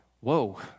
whoa